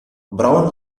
brown